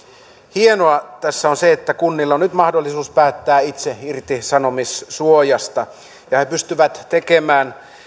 hienoa tässä on se että kunnilla on nyt mahdollisuus päättää itse irtisanomissuojasta ja he pystyvät tekemään